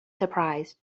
surprised